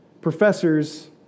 professors